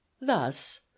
thus